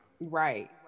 Right